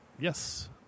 yes